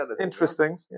Interesting